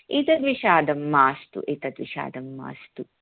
एतद्विषदं मास्तु एतद्विषदं मास्तु